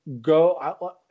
go